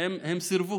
הם סירבו.